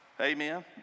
amen